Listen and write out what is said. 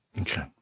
Okay